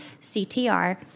CTR